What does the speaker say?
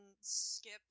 skip